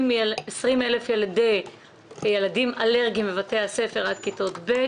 20,000 ילדים אלרגיים בבתי הספר עד כיתות ב',